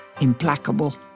implacable